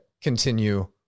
continue